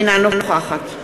אינה נוכחת